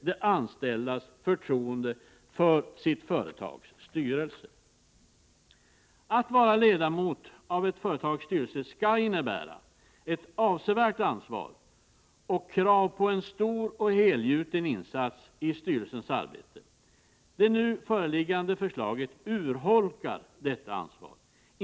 de anställdas, förtroende för sitt företags styrelse. Att vara ledamoti ett företags styrelse skall innebära ett avsevärt ansvar och krav på en stor och helgjuten insats i styrelsens arbete. Det nu föreliggande förslaget urholkar detta ansvar.